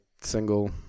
single